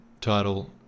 title